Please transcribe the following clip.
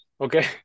okay